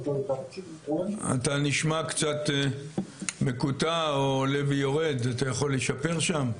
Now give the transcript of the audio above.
אנחנו -- אתה נשמע קצת מקוטע, אתה יכול לשפר שם?